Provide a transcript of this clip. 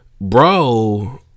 bro